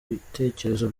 ibitekerezo